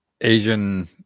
Asian